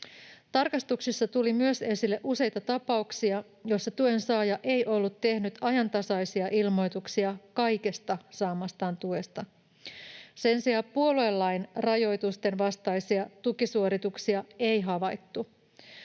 Tarkastuksissa tuli myös esille useita tapauksia, joissa tuensaaja ei ollut tehnyt ajantasaisia ilmoituksia kaikesta saamastaan tuesta. Sen sijaan puoluelain rajoitusten vastaisia tukisuorituksia ei havaittu.